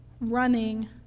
Running